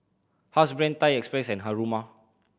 Housebrand Thai Express and Haruma